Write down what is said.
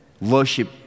worship